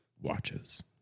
watches